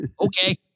Okay